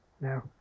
No